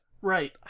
right